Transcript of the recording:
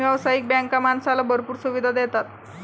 व्यावसायिक बँका माणसाला भरपूर सुविधा देतात